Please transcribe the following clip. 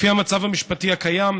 לפי המצב המשפטי הקיים,